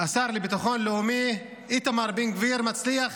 השר לביטחון לאומי איתמר בן גביר מצליח